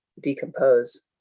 decompose